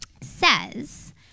says